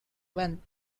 one